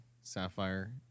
Sapphire